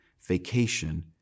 vacation